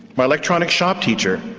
my electronic shop teacher,